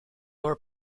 were